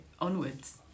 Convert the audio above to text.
onwards